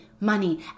money